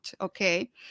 okay